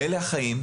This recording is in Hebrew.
כי אלה החיים,